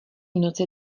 noci